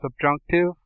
subjunctive